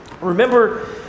Remember